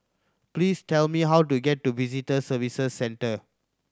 please tell me how to get to Visitor Services Centre